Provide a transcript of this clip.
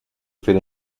fait